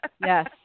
Yes